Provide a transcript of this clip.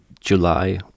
July